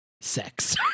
sex